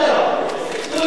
אתם מפריעים.